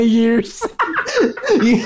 years